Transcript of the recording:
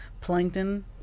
plankton